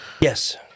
Yes